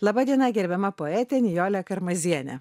laba diena gerbiama poete nijole karmaziene